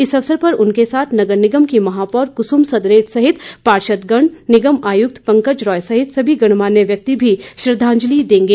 इस अवसर पर उनके साथ नगर निगम की महापौर कुसुम सदरेट सहित पार्षदगण निगम आयुक्त पंकज रॉय सहित सभी गणमान्य उन्हें श्रद्धांजलि देंगे